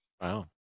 Wow